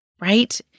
right